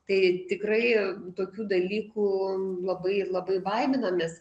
tai tikrai tokių dalykų labai ir labai baiminamės